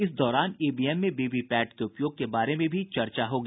इस दौरान ईवीएम में वीवीपैट के उपयोग के बारे में भी चर्चा होगी